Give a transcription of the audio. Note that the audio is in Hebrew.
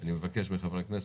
אני מבקש מחברי הכנסת,